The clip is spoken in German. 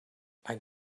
ein